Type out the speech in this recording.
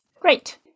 Great